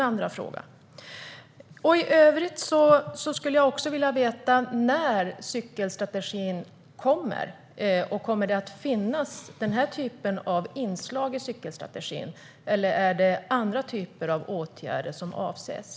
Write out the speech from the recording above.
Jag skulle också vilja veta när cykelstrategin kommer. Kommer den här typen av inslag att finnas i cykelstrategin, eller är det andra typer av åtgärder som avses?